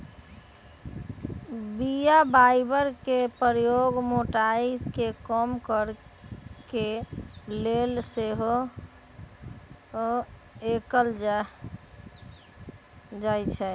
बीया फाइबर के प्रयोग मोटाइ के कम करे के लेल सेहो कएल जाइ छइ